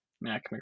Mac